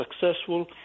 successful